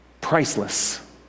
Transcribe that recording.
Priceless